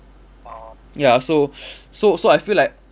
ya so so so I feel like